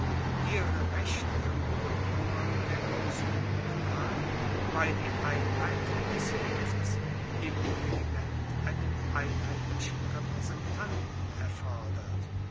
ihre rechte ruhen nur der ausuebung nach weil die einheit des hauses im regiment einen einheitlichen repraesentanten erfordert